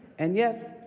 and yet,